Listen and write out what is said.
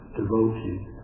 devotees